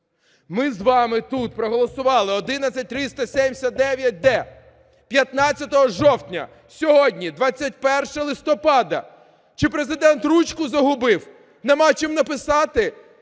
Ми з вами тут проголосували 11379-д 15 жовтня, сьогодні 21 листопада. Чи Президент ручку загубив, немає чим написати?